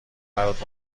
برات